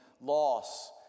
loss